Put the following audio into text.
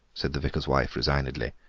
said the vicar's wife resignedly,